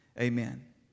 amen